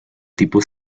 tipo